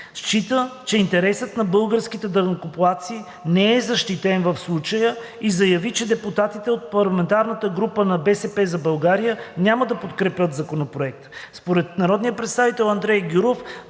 Счита, че интересът на българските данъкоплатци не е защитен в случая, и заяви, че депутатите от парламентарната група на „БСП за България“ няма да подкрепят Законопроекта. Според народния представител Андрей Гюров